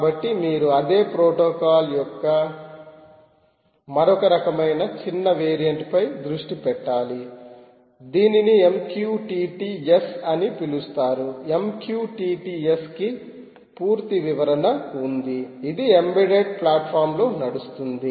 కాబట్టి మీరు అదే ప్రోటోకాల్ యొక్క మరొక రకమైన చిన్న వేరియంట్పై దృష్టి పెట్టాలి దీనిని MQTT S అని పిలుస్తారు MQTT S కి పూర్తి వివరణ ఉంది ఇది ఎంబెడెడ్ ప్లాట్ ఫామ్ లో నడుస్తుంది